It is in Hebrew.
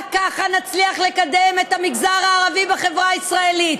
רק ככה נצליח לקדם את המגזר הערבי בחברה הישראלית,